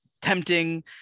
tempting